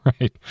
Right